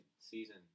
season